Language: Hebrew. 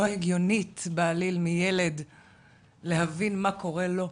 ההגיונית בעליל מילד להבין מה קורה לו,